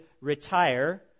retire